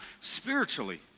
spiritually